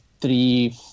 three